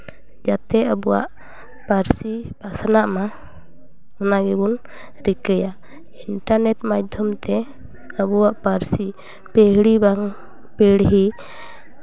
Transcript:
ᱡᱟᱛᱮ ᱟᱵᱚᱣᱟᱜ ᱯᱟᱹᱨᱥᱤ ᱯᱟᱥᱱᱟᱜ ᱢᱟ ᱚᱱᱟ ᱜᱮᱵᱚᱱ ᱨᱤᱠᱟᱹᱭᱟ ᱤᱱᱴᱟᱨᱱᱮᱴ ᱢᱟᱫᱽᱫᱷᱚᱢ ᱛᱮ ᱟᱵᱚᱣᱟᱜ ᱯᱟᱹᱨᱥᱤ ᱯᱤᱲᱦᱤ ᱵᱟᱝ ᱯᱤᱲᱦᱤ